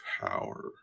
power